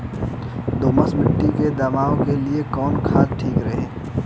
दोमट मिट्टी मे बादाम के लिए कवन खाद ठीक रही?